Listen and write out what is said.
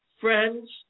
friends